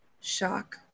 Shock